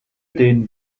den